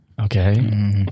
Okay